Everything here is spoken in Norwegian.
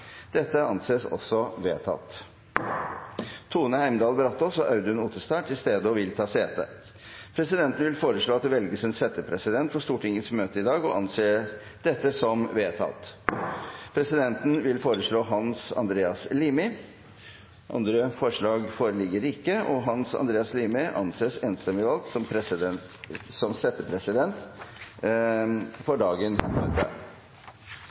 Tone Heimdal Brataas og Audun Otterstad er til stede og vil ta sete. Presidenten vil foreslå at det velges en settepresident for Stortingets møte i dag – og anser det som vedtatt. Presidenten vil foreslå Hans Andreas Limi. – Andre forslag foreligger ikke, og Hans Andreas Limi anses enstemmig valgt som settepresident for dagens møte.